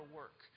work